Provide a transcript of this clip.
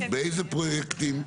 באיזה פרויקטים.